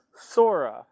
sora